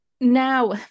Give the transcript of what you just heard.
now